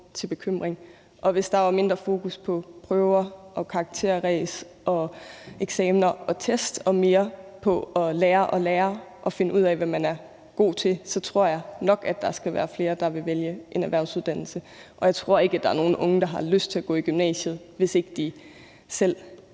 til bekymring. Og hvis der var mindre fokus på prøver og karakterræs og eksamener og test og mere på at lære at lære og at finde ud af, hvad man er god til, tror jeg nok at der ville være flere, der ville vælge en erhvervsuddannelse. Jeg tror ikke, der er nogen unge, der har lyst til at gå i gymnasiet, hvis ikke de selv